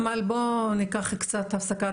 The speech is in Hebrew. אמאל בואי נקח קצת הפסקה,